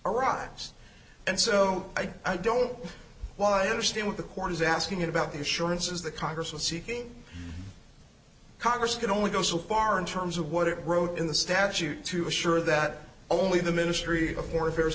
arrives and so i don't while i understand what the court is asking about the assurances the congress of seeking congress can only go so far in terms of what it wrote in the statute to assure that only the ministry of foreign affairs